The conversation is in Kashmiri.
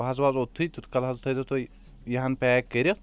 بہ حظ واتہٕ اوتتھے تیوٚت کال حظ تھیزٮ۪و تُہۍ یہِ ہان پیک کٔرتھ